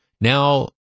now